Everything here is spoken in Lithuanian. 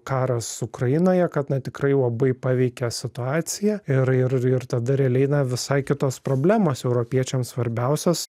karas ukrainoje kad na tikrai labai paveikė situaciją ir ir ir tada realiai na visai kitos problemos europiečiams svarbiausios